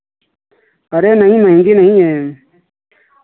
अरे नहीं महँगी नहीं हैं